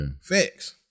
Facts